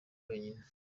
wenyine